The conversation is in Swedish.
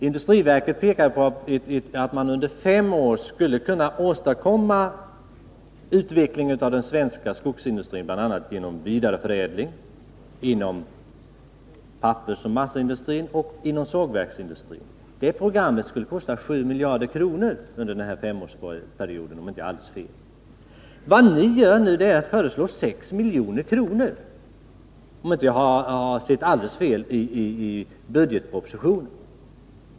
Industriverket pekade på att man under fem år skulle kunna åstadkomma en utveckling av den svenska skogsindustrin, bl.a. genom vidareförädling inom pappersoch massaindustrin och inom sågverksindustrin. Det programmet skulle — om jag minns rätt — kosta 7 miljarder under denna femårsperiod. Vad ni nu gör är att föreslå 6 milj.kr., om jag inte har sett alldeles fel i budgetpropositionen.